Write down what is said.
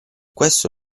questo